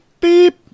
beep